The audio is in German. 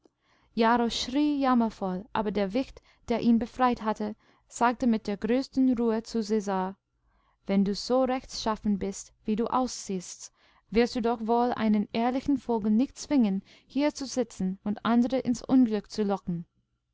jarro schrie jammervoll aber der wicht der ihn befreit hatte sagte mit der größten ruhe zu cäsar wenn du so rechtschaffen bist wie du aussiehst wirst du doch wohl einen ehrlichen vogel nicht zwingen hier zu sitzen und andereinsunglückzulocken als